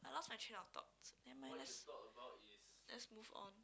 I lost my train of thoughts nevermind let's let's move on